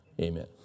Amen